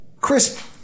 Chris